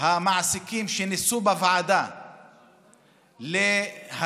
המעסיקים שניסו בוועדה להסיט